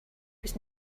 was